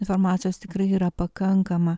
informacijos tikrai yra pakankama